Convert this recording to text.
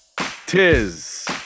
Tis